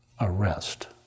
arrest